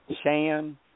Shan